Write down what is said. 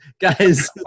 guys